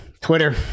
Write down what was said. Twitter